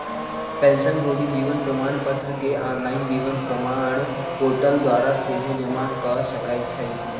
पेंशनभोगी जीवन प्रमाण पत्र के ऑनलाइन जीवन प्रमाण पोर्टल द्वारा सेहो जमा कऽ सकै छइ